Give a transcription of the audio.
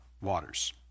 waters